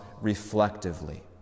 reflectively